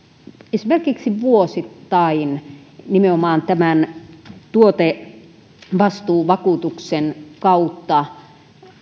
esimerkiksi vuosittain nimenomaan tämän tuotevastuuvakuutuksen kautta